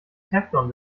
teflon